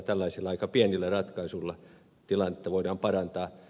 tällaisilla aika pienillä ratkaisuilla tilannetta voidaan parantaa